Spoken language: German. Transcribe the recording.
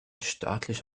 staatlich